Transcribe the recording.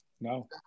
No